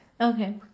Okay